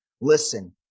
listen